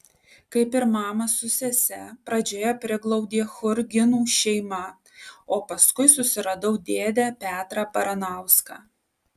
kaip ir mamą su sese pradžioje priglaudė churginų šeima o paskui susiradau dėdę petrą baranauską